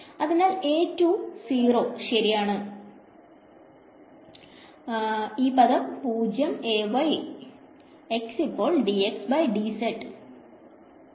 അതിനാൽ 0 ശരിയാണ് അതിനാൽ ഈ പദം 0 x ഇപ്പോൾ 0